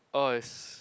oh it's